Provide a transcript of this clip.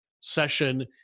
session